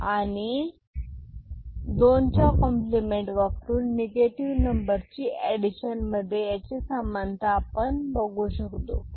आपण दोनच्या कॉम्प्लिमेंट वापरून निगेटिव नंबरची एडिशन मध्ये याची समानता बघू शकतो